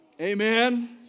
Amen